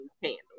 candles